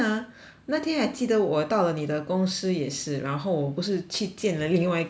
那天还记得我到了你的公司也是然后我不是去见了另外一个人吗